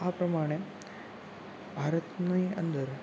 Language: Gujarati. આ પ્રમાણે ભારતની અંદર